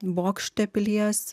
bokšte pilies